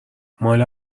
ماله